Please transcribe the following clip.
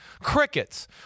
Crickets